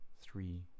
three